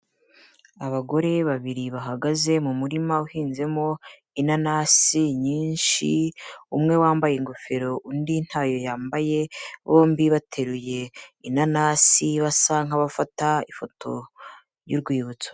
Abagore babiri bahagaze mu murima uhinzemo inanasi nyinshi, umwe wambaye ingofero, undi ntayo yambaye, bombi bateruye inanasi basa nk'abafata ifoto y'urwibutso.